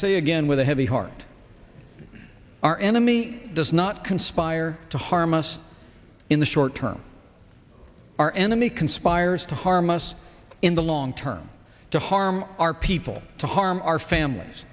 say again with a heavy heart our enemy does not conspire to harm us in the short term our enemy conspires to harm us in the long term to harm our people to harm our families